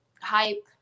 hype